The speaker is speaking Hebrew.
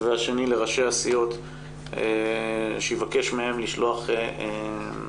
והשני לראשי הסיעות שיבקש מהם לשלוח נציגים.